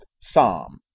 psalm